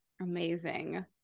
Amazing